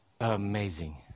amazing